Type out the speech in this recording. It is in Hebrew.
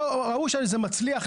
ראו שזה מצליח,